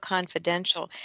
Confidential